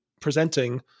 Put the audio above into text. presenting